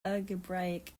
algebraic